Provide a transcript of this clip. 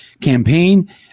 campaign